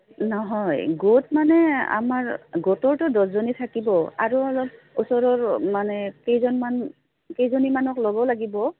নহয় গোট মানে আমাৰ গোটৰতো দহজনী থাকিব আৰু অলপ ওচৰৰ মানে কেইজনমান কেইজনীমানক ল'ব লাগিব